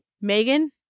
Megan